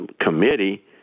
committee